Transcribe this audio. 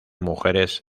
mujeres